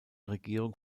regierung